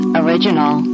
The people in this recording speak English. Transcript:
original